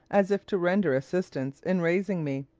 as if to render assistance in raising me.